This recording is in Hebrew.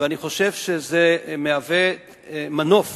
ואני חושב שזה מהווה מנוף